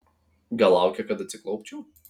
gal laukia kad atsiklaupčiau